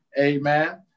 amen